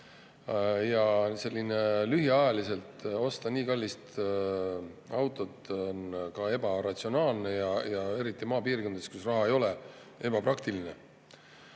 Lühikeseks ajaks osta nii kallis auto on ebaratsionaalne ja eriti maapiirkondades, kus raha ei ole, ebapraktiline.